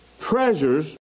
treasures